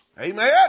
Amen